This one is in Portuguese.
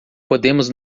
podemos